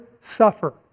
suffer